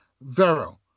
Vero